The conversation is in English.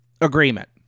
agreement